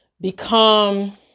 become